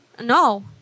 No